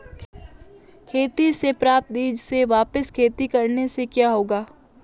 खेती से प्राप्त बीज से वापिस खेती करने से क्या होगा?